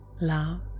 love